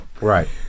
Right